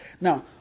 Now